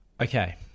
Okay